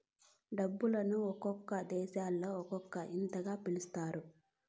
డబ్బును ఒక్కో దేశంలో ఒక్కో ఇదంగా పిలుత్తారు